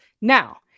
now